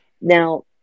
Now